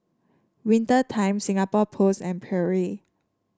Winter Time Singapore Post and Perrier